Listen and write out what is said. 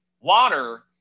Water